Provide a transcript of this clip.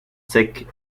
secs